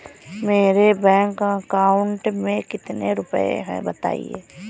मेरे bank account में कितने रुपए हैं बताएँ?